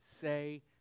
say